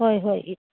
ꯍꯣꯏ ꯍꯣꯏ